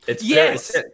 Yes